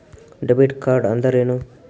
Debit ಕಾರ್ಡ್ಅಂದರೇನು?